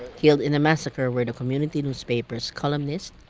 killed in the massacre were the community newspaper's columnist,